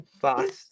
fast